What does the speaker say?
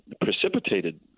precipitated